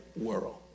world